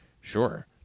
Sure